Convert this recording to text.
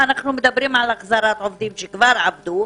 אנחנו מדברים על החזרת עובדים שכבר עבדו,